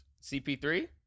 CP3